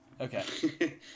Okay